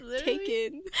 Taken